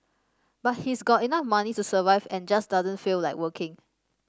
but he's got enough money to survive and just doesn't feel like working